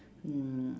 mm